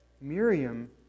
Miriam